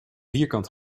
vierkant